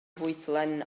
fwydlen